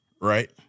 Right